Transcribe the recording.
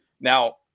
Now